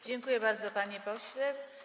Dziękuję bardzo, panie pośle.